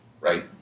right